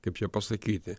kaip čia pasakyti